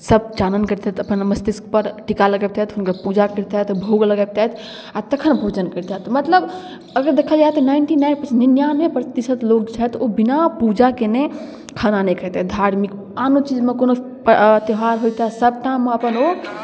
सभ चानन करितथि अपन मस्तिष्कपर टीका लगबितथि हुनकर पूजा करितथि भोग लगबितथि आ तखन भोजन करितथि मतलब अगर देखल जाय तऽ नाइन्टी नाइन परसेन्ट निनानबे प्रतिशत लोक छथि ओ बिना पूजा कयने खाना नहि खयतथि धार्मिक आनो चीजमे कोनो प् त्योहार होइतथि सभठाम अपन ओ